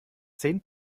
zehn